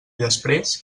després